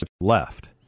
left